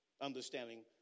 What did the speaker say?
understanding